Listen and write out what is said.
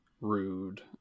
rude